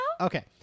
okay